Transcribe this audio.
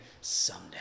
someday